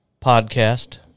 podcast